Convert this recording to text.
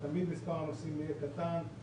תמיד מספר הנוסעים יהיה קטן,